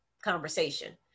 conversation